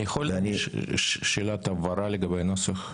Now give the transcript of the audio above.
אני יכול שאלת הבהרה לגבי נוסח?